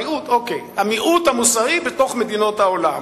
המיעוט המוסרי בתוך מדינות העולם.